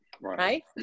Right